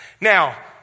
Now